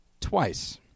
twice